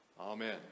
Amen